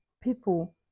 people